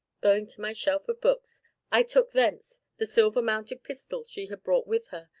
going to my shelf of books i took thence the silver-mounted pistol she had brought with her,